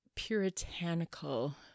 puritanical